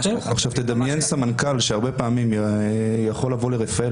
תדמיין סמנכ"ל שהרבה פעמים יכול לבוא לרפאל,